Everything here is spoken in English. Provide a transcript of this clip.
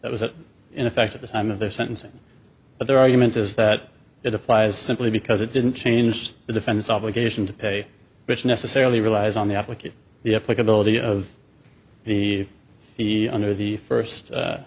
that was in effect at the time of their sentencing but their argument is that it applies simply because it didn't change the defense obligation to pay which necessarily relies on the application the applicability of the the under the first